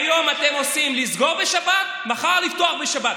היום אתם עושים, לסגור בשבת, מחר, לפתוח בשבת.